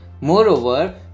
moreover